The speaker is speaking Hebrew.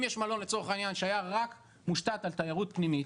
אם יש מלון לצורך העניין שהיה מושתת רק על תיירות פנימית